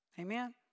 Amen